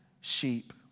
sheep